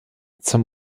zum